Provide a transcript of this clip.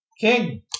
King